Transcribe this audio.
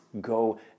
go